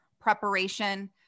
preparation